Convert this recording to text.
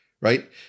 right